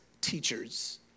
teachers